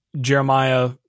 Jeremiah